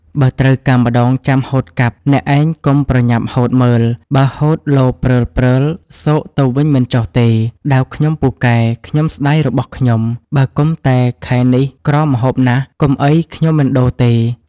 បើត្រូវការម្ដងចាំហូតកាប់ អ្នកឯងកុំ ប្រញាប់ហូតមើល បើហូតលព្រើលៗ ស៊កទៅវិញមិនចុះទេ ដាវខ្ញុំពូកែ ខ្ញុំស្ដាយរបស់ខ្ញុំ បើកុំតែខែនេះក្រម្ហូបណាស់ កុំអីខ្ញុំមិនដូរទេ។